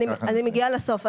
אני מגיעה לסוף.